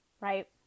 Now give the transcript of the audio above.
right